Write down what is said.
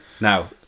Now